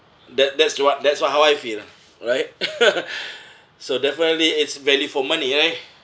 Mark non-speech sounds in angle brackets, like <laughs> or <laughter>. that that's what that's what how I feel right <laughs> <breath> so definitely it's value for money right